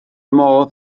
modd